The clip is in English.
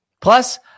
Plus